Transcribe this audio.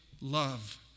love